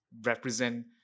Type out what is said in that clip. represent